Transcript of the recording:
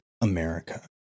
America